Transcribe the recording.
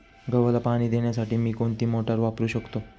गव्हाला पाणी देण्यासाठी मी कोणती मोटार वापरू शकतो?